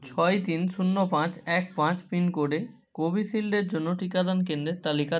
ছয় তিন শূন্য পাঁচ এক পাঁচ পিন কোডে কোভিশিল্ডের জন্য টিকাদান কেন্দ্রের তালিকা